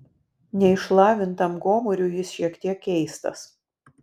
neišlavintam gomuriui jis šiek tiek keistas